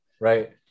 right